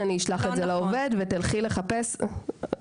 אני אשלח אותם לעובד ותלכי לחפש אותו".